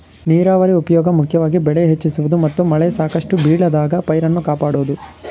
ನೀರಾವರಿ ಉಪ್ಯೋಗ ಮುಖ್ಯವಾಗಿ ಬೆಳೆ ಹೆಚ್ಚಿಸುವುದು ಮತ್ತು ಮಳೆ ಸಾಕಷ್ಟು ಬೀಳದಾಗ ಪೈರನ್ನು ಕಾಪಾಡೋದು